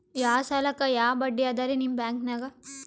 ಯಾ ಸಾಲಕ್ಕ ಯಾ ಬಡ್ಡಿ ಅದರಿ ನಿಮ್ಮ ಬ್ಯಾಂಕನಾಗ?